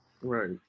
Right